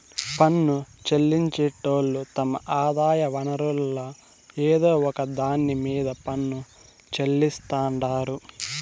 పన్ను చెల్లించేటోళ్లు తమ ఆదాయ వనరుల్ల ఏదో ఒక దాన్ని మీద పన్ను చెల్లిస్తాండారు